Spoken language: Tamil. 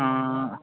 ஆ